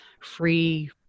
free